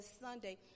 Sunday